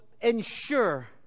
ensure